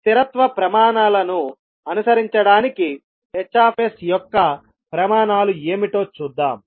స్థిరత్వ ప్రమాణాలను అనుసరించడానికి H యొక్క ప్రమాణాలు ఏమిటో చూద్దాం